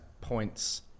points